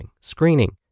screening